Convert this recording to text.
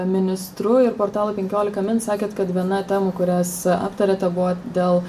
ministru ir portalui penkiolika min sakėt kad viena temų kurias aptarėte buvo dėl